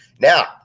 Now